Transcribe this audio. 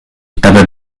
dabei